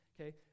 okay